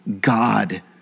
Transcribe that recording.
God